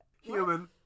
Human